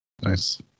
nice